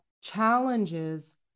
challenges